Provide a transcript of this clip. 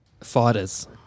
Fighters